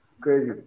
Crazy